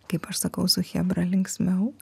kaip aš sakau su chebra linksmiau